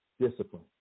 discipline